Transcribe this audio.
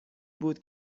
بود